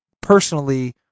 personally